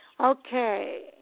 Okay